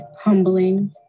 humbling